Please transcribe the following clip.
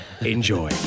Enjoy